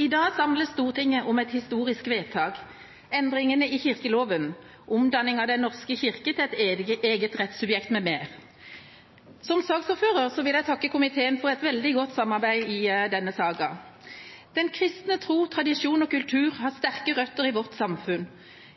I dag samles Stortinget om et historisk vedtak: Endringer i kirkeloven – omdanning av Den norske kirke til eget rettssubjekt m.m. Som saksordfører vil jeg takke komiteen for et veldig godt samarbeid i denne saken. Den kristne tro, tradisjon og kultur har sterke røtter i vårt samfunn.